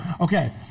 Okay